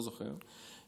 לא זוכר,